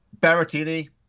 Berrettini